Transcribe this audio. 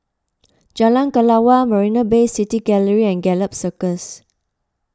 Jalan Kelawar Marina Bay City Gallery and Gallop Circus